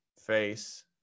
face